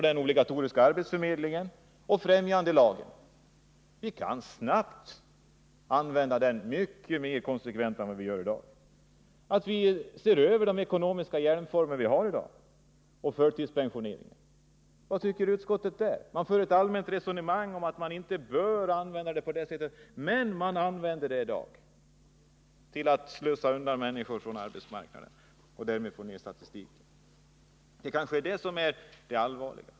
Den obligatoriska arbetsförmedlingen och främjandelagen kan snabbt användas mycket mer konsekvent än vad som sker i dag. Vi bör se över de ekonomiska hjälpformerna och förtidspensioneringen. Vad tycker utskottet? Man för ett allmänt resonemang om att man inte bör använda detta på visst sätt men säger att det används i dag för att slussa undan människor från arbetsmarknaden och därmed få ner statistiksiffrorna. Det är kanske detta som är det allvarliga.